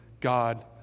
God